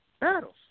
battles